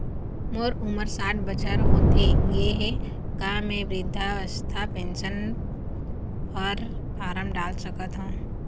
मोर उमर साठ बछर होथे गए हे का म वृद्धावस्था पेंशन पर फार्म डाल सकत हंव?